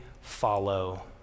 follow